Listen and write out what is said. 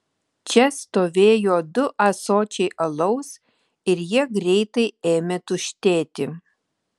čia stovėjo du ąsočiai alaus ir jie greitai ėmė tuštėti